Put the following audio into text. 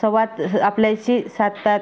संवाद आपल्याशी साधतात